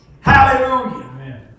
Hallelujah